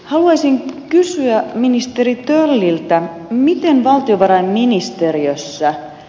haluaisin kysyä ministeri tölliltä mitään valtiovarainministeriössä